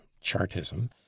Chartism